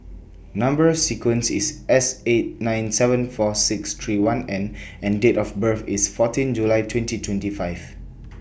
Number sequence IS S eight nine seven four six three one N and Date of birth IS fourteen July twenty twenty five